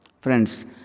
Friends